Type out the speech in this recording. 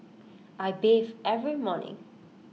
I bathe every morning